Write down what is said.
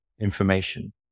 information